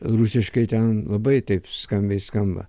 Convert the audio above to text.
rusiškai ten labai taip skambiai skamba